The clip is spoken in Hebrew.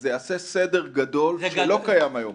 זה יעשה סדר גדול שלא קיים היום.